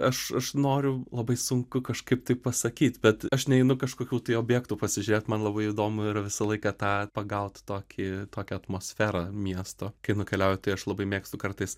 aš aš noriu labai sunku kažkaip tai pasakyt bet aš neinu kažkokių tai objektų pasižiūrėt man labai įdomu yra visą laiką tą pagaut tokį tokią atmosferą miesto kai nukeliauju tai aš labai mėgstu kartais